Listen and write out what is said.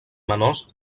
menors